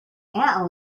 aunt